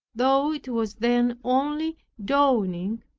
though it was then only dawning.